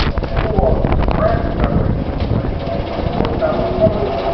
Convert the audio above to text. for brand collaboration, i needed one thousand followers,